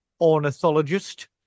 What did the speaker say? Ornithologist